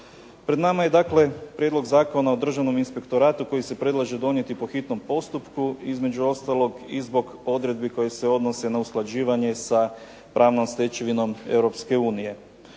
Pred nama je dakle Prijedlog zakona o državnom inspektoratu kojim se predlaže donijeti po hitnom postupku između ostalog i zbog odredbi koje se odnose na usklađivanje sa pravnom stečevinom